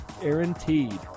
guaranteed